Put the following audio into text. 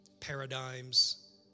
paradigms